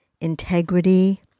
integrity